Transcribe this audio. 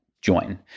join